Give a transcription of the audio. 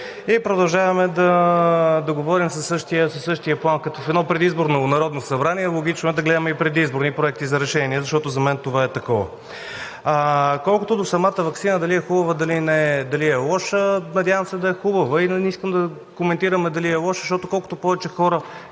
и продължаваме да говорим със същия пламък като в едно предизборно Народно събрание, логично е да гледаме и предизборни проекти за решения, защото за мен това е такова. Колкото до самата ваксина дали е хубава, дали е лоша – надявам се да е хубава. Не искам да коментираме дали е лоша, защото, колкото повече хора